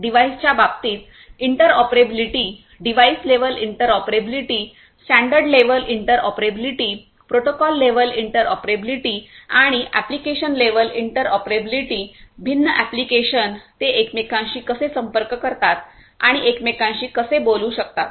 डिव्हाइसच्या बाबतीत interoperability device level interoperability standard level interoperability protocol level interoperability आणि application level interoperability भिन्न application ते एकमेकांशी कसे संपर्क करतात आणि एकमेकांशी कसे बोलू शकतात